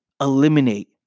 eliminate